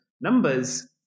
numbers